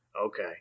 Okay